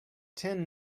ten